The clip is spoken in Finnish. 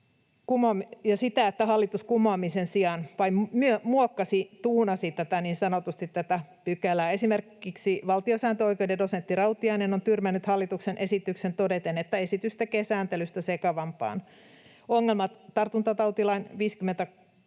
että hallitus kumoamisen sijaan vain muokkasi, niin sanotusti tuunasi, tätä pykälää. Esimerkiksi valtiosääntöoikeuden dosentti Rautiainen on tyrmännyt hallituksen esityksen todeten: ”Esitys tekee sääntelystä sekavampaa. Ongelmat tartuntatautilain 58